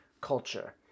culture